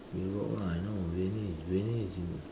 Europe lah you know Venice Venice is in